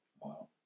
Wow